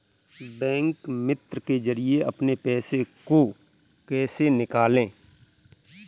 Bank मित्र के जरिए अपने पैसे को कैसे निकालें?